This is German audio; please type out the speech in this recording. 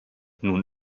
nun